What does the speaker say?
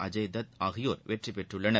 அஜய் தத் ஆகியோர் வெற்றி பெற்றுள்ளனர்